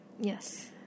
Yes